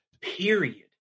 period